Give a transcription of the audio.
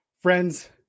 Friends